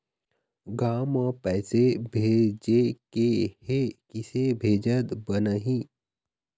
गांव म पैसे भेजेके हे, किसे भेजत बनाहि?